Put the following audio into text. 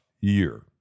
year